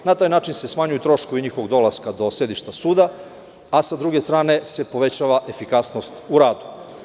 Na taj način se smanjuju troškovi njihovog dolaska do sedišta suda, a sa druge strane se povećava efikasnost u radu.